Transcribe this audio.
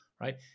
right